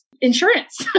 insurance